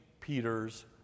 Peter's